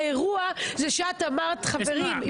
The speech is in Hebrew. האירוע זה שאת אמרת: חברים,